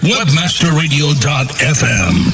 WebmasterRadio.fm